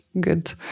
good